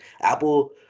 apple